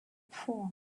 four